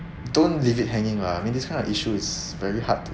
don't leave it hanging lah I mean these kind of issue is very hard to